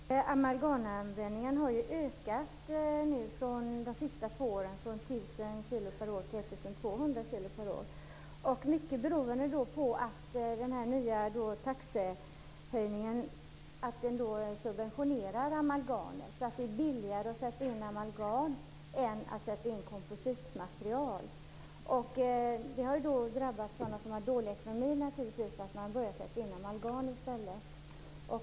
Herr talman! Amalgamanvändningen har ju de senaste två åren ökat från 1 000 kilo per år till 1 200 kilo per år. Detta beror mycket på att den nya taxehöjningen subventionerar amalgamet så att det blir billigare att sätta in amalgam än att sätta in kompositmaterial. Det har naturligtvis drabbat sådana som har dålig ekonomi. Man börjar sätta in amalgam i stället.